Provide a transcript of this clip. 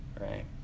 right